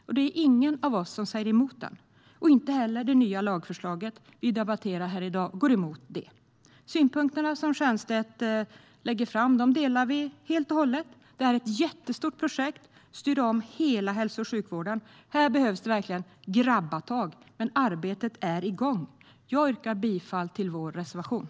Och det är ingen av oss som säger emot den. Inte heller det nya lagförslag som vi debatterar här i dag går emot det. De synpunkter som Stiernstedt lägger fram delar vi helt och hållet. Det är ett jättestort projekt att styra om hela hälso och sjukvården. Här behövs det verkligen grabbatag. Men arbetet är igång. Jag yrkar bifall till reservationen.